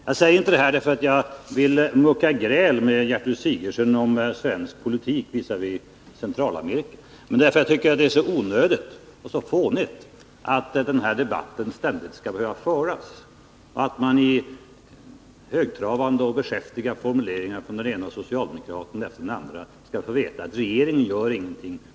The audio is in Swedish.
Jag säger inte detta för att mucka gräl med Gertrud Sigurdsen om svensk politik visavi Centralamerika, men jag tycker det är så onödigt och fånigt att denna debatt ständigt skall behöva föras. I högtravande och beskäftiga formuleringar skall man av den ena socialdemokraten efter den andra få veta att regeringen inte gör någonting.